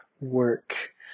work